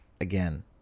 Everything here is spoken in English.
Again